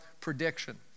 prediction